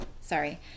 sorry